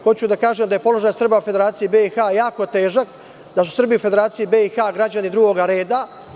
Hoću da kažem da je položaj Srba u Federaciji BiH jako težak, da su Srbi u Federaciji BiH građani drugog reda.